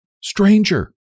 Stranger